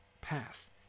path